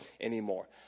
anymore